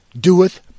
doeth